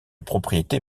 propriété